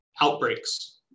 outbreaks